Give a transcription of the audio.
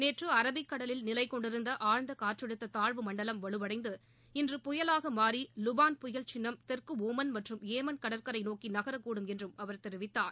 நேற்று அரபிக்கடலில் நிலைக் கொண்டிருந்த ஆழ்ந்த காற்றழுத்த தாழ்வு மண்டலம் வலுவடைந்து இன்று புயலாக மாறி லுபான் புயல் சின்னம் தெற்கு ஒமன் மற்றும் ஏமன் கடற்கரை நோக்கி நகரக்கூடும் என்றும் அவர் தெரிவித்தார்